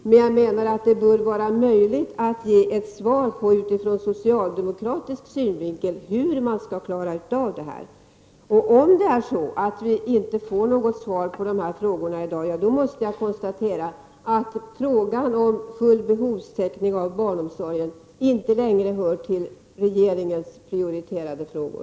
Däremot menar jag att det borde vara möjligt att utifrån socialdemokratisk synvinkel ge ett svar på hur man skall klara av det här. Om vi inte får något svar på dessa frågor i dag, måste jag konstatera att frågan om full behovstäckning av barnomsorgen inte längre hör till de frågor som regeringen prioriterar.